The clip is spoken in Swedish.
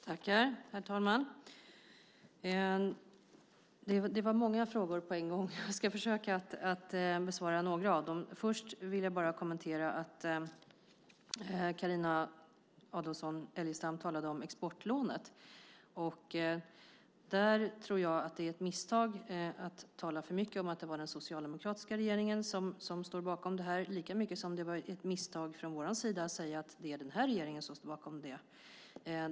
Herr talman! Det var många frågor på en gång. Jag ska försöka att besvara några av dem. Först vill jag bara kommentera det som Carina Adolfsson Elgestam sade om exportlånet. Jag tror att det är ett misstag att tala för mycket om att det är den socialdemokratiska regeringen som står bakom det här, lika mycket som det är ett misstag från vår sida att säga att det är den här regeringen som står bakom det.